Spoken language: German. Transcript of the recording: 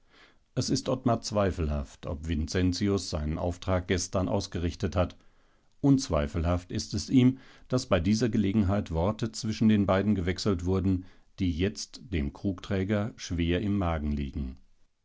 es ist ottmar zweifelhaft ob vincentius seinen auftrag gestern ausgerichtet hat unzweifelhaft ist es ihm daß bei dieser gelegenheit worte zwischen den beiden gewechselt wurden die jetzt dem krugträger schwer im magen liegen